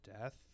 death